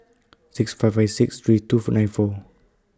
six five five six three nine four